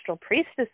priestesses